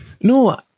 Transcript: No